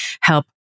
help